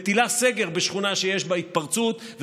מטילה סגר בשכונה שיש בה התפרצות,